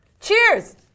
Cheers